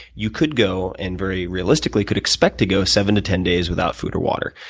you could go and very realistically could expect to go seven to ten days without food or water.